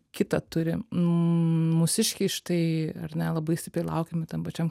kita turi mūsiškiai štai ar ne labai stipriai laukiame tam pačiam